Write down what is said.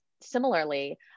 Similarly